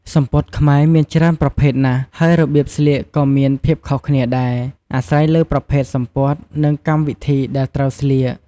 សំពត់ខ្មែរមានច្រើនប្រភេទណាស់ ហើយរបៀបស្លៀកក៏មានភាពខុសគ្នាដែរ អាស្រ័យលើប្រភេទសំពត់ និងកម្មវិធីដែលត្រូវស្លៀក។